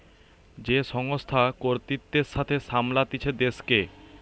যে সংস্থা কর্তৃত্বের সাথে সামলাতিছে দেশকে